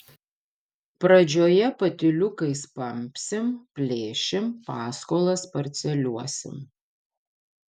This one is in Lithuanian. pradžioje patyliukais pampsim plėšim paskolas parceliuosim